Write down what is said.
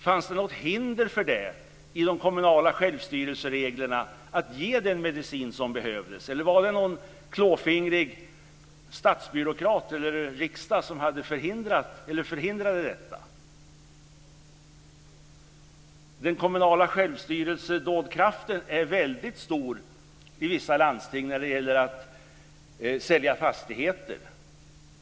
Fanns det något hinder i de kommunala självstyrelsreglerna att ge den medicin som behövdes, eller var det någon klåfingrig statsbyråkrat eller riksdag som förhindrade detta? Den kommunala självstyrelsedådkraften är väldigt stor i vissa landsting när det gäller att sälja fastigheter.